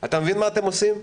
אתה מבין מה אתם עושים?